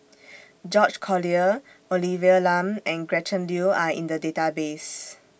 George Collyer Olivia Lum and Gretchen Liu Are in The Database